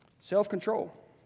Self-control